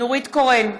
נורית קורן,